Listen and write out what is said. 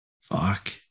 Fuck